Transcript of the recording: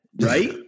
right